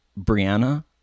Brianna